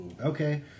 Okay